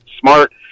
Smart